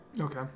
Okay